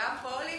גם פה עולים